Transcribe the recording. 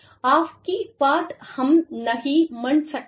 app கி பாட் ஹம் நஹி மன் சக்தே